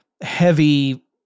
heavy